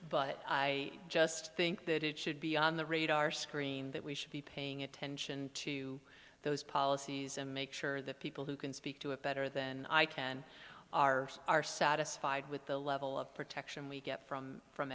but i just think that it should be on the radar screen that we should be paying attention to those policies and make sure that people who can speak to it better than i can are are satisfied with the level of protection we get from from